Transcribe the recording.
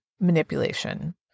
manipulation